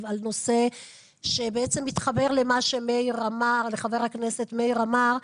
על נושא שבעצם מתחבר למה שחבר הכנסת מאיר אמר,